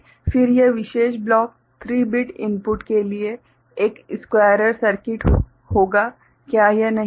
फिर यह विशेष ब्लॉक 3 बिट इनपुट के लिए एक स्क्वायरर सर्किट होगा क्या यह नहीं है